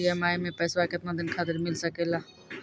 EMI मैं पैसवा केतना दिन खातिर मिल सके ला?